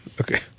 Okay